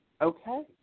Okay